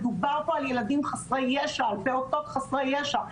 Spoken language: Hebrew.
מדובר פה על ילדים חסרי ישע, על פעוטות חסרי ישע.